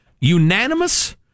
Unanimous